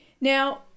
Now